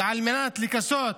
ועל מנת לכסות